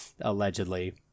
allegedly